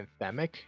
anthemic